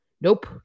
nope